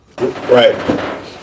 Right